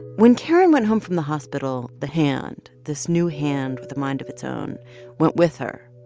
when karen went home from the hospital, the hand this new hand with a mind of its own went with her.